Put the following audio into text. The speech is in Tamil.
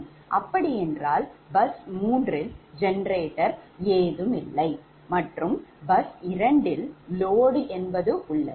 அப்படி என்றால் bus 3 இல் generator ஏதுமில்லை மற்றும் bus 2 இல் load உள்ளது